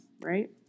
right